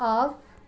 off